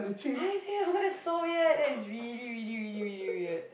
are you serious how come that's so weird that is really really really really really weird